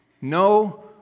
No